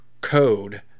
code